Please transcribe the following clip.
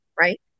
right